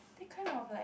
that kind of like